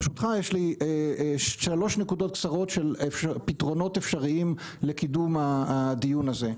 ברשותך יש לי שלוש נקודות קצרות של פתרונות אפשריים לקידום הדיון הזה.